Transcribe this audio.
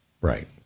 Right